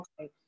okay